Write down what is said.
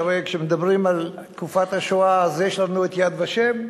שהרי כשמדברים על תקופת השואה אז יש לנו "יד ושם"